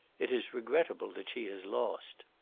it is regrettable that she has lost.